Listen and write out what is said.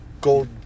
Gold